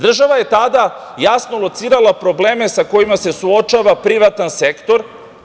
Država je tada jasno locirala probleme sa kojima se suočava privatni sektor.